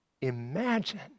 Imagine